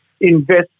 invest